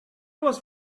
was